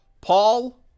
Paul